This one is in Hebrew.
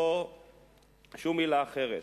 לא שום מלה אחרת.